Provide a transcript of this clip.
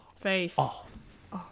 face